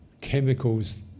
chemicals